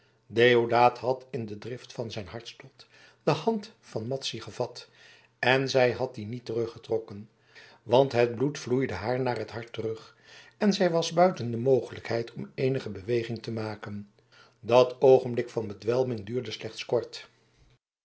deodaat had in de drift van zijn hartstocht de hand van madzy gevat en zij had die niet teruggetrokken want het bloed vloeide haar naar het hart terug en zij was buiten de mogelijkheid om eenige beweging te maken dat oogenblik van bedwelming duurde slechts kort